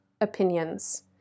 opinions